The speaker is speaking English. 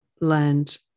land